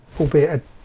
albeit